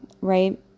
right